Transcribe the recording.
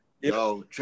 Yo